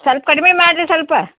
ಸೊಲ್ಪ ಕಡಿಮೆ ಮಾಡ್ರಿ ಸ್ವಲ್ಪ